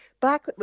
back